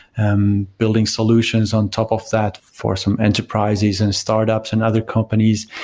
um building solutions on top of that for some enterprises and startups and other companies.